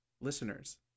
listeners